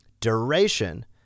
duration